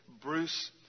Bruce